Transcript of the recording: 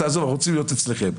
אנחנו רוצים להיות אצלכם.